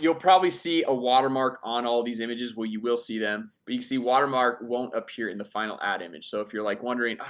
you'll probably see a watermark on all these images where you will see them but you see watermark won't appear in the final add image so if you're like wondering, oh,